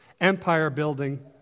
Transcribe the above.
empire-building